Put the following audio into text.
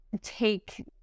take